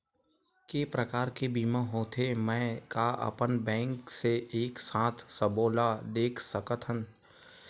के प्रकार के बीमा होथे मै का अपन बैंक से एक साथ सबो ला देख सकथन?